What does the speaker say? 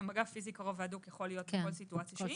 ומגע פיזי קרוב והדוק יכול להיות בכל סיטואציה שהיא.